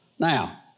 Now